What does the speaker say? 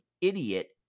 idiot